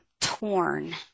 torn